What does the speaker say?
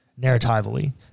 narratively